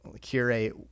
curate